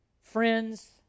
friends